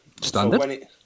Standard